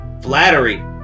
Flattery